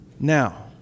Now